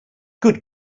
good